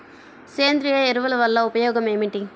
సేంద్రీయ ఎరువుల వల్ల ఉపయోగమేమిటీ?